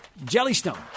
Jellystone